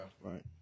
right